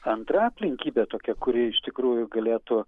antra aplinkybė tokia kuri iš tikrųjų galėtų